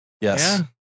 Yes